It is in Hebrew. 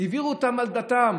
העבירו אותם על דתם